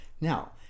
Now